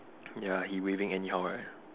ya he waving anyhow right